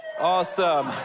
Awesome